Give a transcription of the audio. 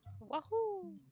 Wahoo